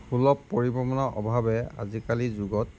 সুলভ পৰিভ্ৰমণৰ অভাৱে আজিকালি যুগত